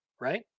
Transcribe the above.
right